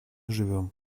живем